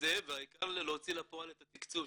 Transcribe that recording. לתקצב ובעיקר להוציא לפועל את התקצוב,